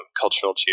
cultural